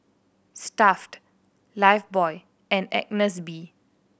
Stuff'd Lifebuoy and Agnes B